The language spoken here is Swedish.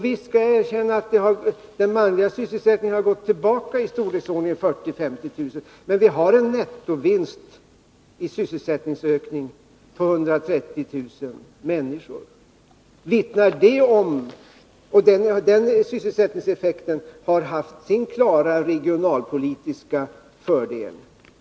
Visst skall jag erkänna att den manliga sysselsättningen har gått tillbaka med i storleksordningen 40 000-50 000, men vi har en nettovinst i form av en sysselsättningsökning på 130 000 människor. Den sysselsättningseffekten har haft sina klara regionalpolitiska fördelar.